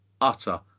utter